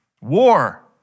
war